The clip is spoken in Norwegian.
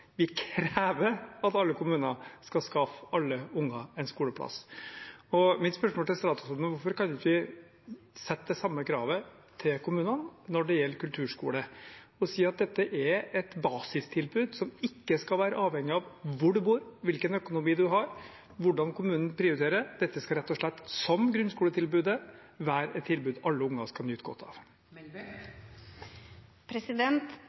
Vi krever at alle kommuner skal skaffe alle unger en skoleplass. Mitt spørsmål til statsråden er: Hvorfor kan vi ikke sette det samme kravet til kommunene når det gjelder kulturskole, og si at dette er et basistilbud som ikke skal være avhengig av hvor man bor, hvilken økonomi man har, hvordan kommunen prioriterer – dette skal rett og slett, som grunnskoletilbudet, være et tilbud alle unger skal nyte godt av?